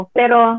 pero